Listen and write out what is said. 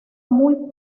muy